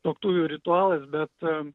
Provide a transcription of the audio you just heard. tuoktuvių ritualas bet